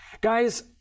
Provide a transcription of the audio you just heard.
Guys